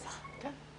בבקשה.